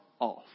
off